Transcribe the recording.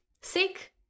sick